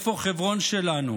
איפה חברון שלנו,